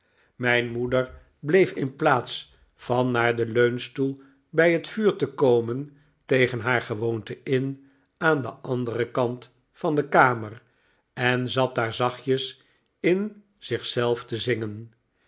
mijn moeder bleef in plaats van naar den leunstoel bij het vuur te komen tegen haar gewoonte in aan den anderen kant van de kamer en zat daar zachtjes in zich zelf te zingen